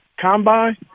combine